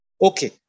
Okay